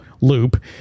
loop